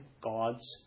God's